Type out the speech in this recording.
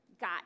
got